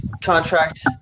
contract